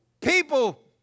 People